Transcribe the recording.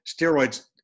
steroids